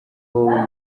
wowe